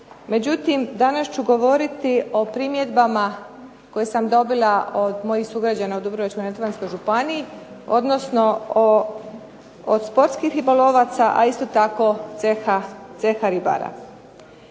međutim danas ću govoriti o primjedbama koje sam dobila od mojih sugrađana u Dubrovačko-neretvanskoj županiji, odnosno od sportskih ribolovaca, a isto tako ceha ribara.